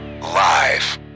Live